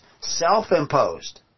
self-imposed